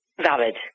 valid